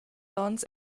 onns